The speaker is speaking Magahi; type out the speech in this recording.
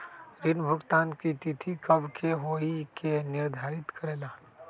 ऋण भुगतान की तिथि कव के होई इ के निर्धारित करेला?